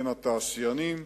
בין התעשיינים,